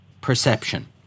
perception